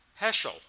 Heschel